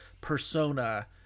persona